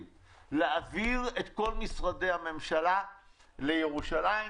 להעביר את כל משרדי הממשלה לירושלים,